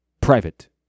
private